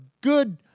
good